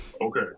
Okay